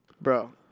Bro